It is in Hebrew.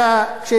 וגם לאחרונה.